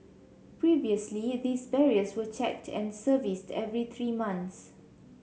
previously these barriers were checked and serviced every three months